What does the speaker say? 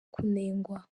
kunengwa